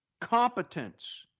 competence